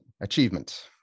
Achievement